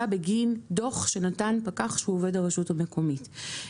בגין דוח שנתן פקח שהוא עובד הרשות המקומית.